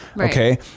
Okay